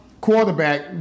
quarterback